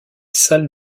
salles